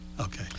Okay